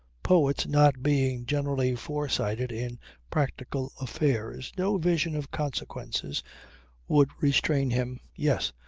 poets not being generally foresighted in practical affairs, no vision of consequences would restrain him. yes.